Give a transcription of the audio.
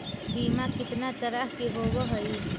बीमा कितना तरह के होव हइ?